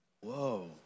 Whoa